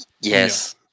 Yes